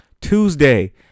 tuesday